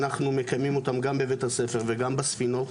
אנחנו מקיימים אותה גם בבית הספר וגם בספינות.